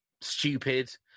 stupid